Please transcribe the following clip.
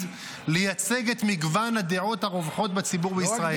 לייצג את מגוון הדעות הרווחות בישראל.